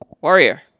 Warrior